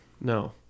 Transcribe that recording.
no